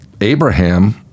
Abraham